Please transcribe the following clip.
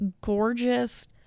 gorgeous